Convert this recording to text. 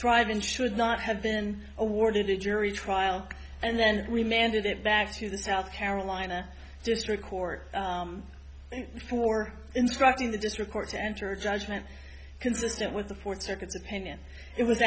drive in should not have been awarded a jury trial and then we mandate it back to the south carolina district court for instructing the district court to enter a judgment consistent with the fourth circuit opinion it was